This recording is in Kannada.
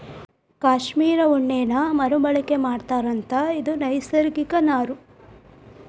ಕಾಶ್ಮೇರ ಉಣ್ಣೇನ ಮರು ಬಳಕೆ ಮಾಡತಾರಂತ ಇದು ನೈಸರ್ಗಿಕ ನಾರು